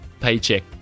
paycheck